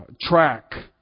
track